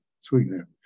sweetener